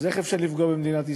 אז איך אפשר לפגוע במדינת ישראל,